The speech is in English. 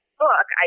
book